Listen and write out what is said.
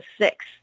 six